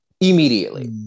immediately